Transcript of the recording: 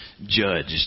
Judged